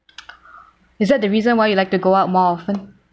is that the reason why you like to go out more often